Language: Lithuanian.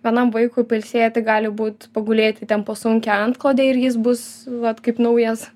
vienam vaikui pailsėti gali būt pagulėti ten po sunkia antklode ir jis bus vat kaip naujas